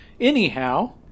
Anyhow